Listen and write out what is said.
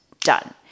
Done